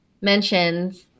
mentions